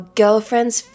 girlfriend's